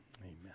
Amen